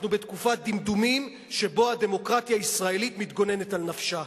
אנחנו בתקופת דמדומים שבה הדמוקרטיה הישראלית מתגוננת על נפשה.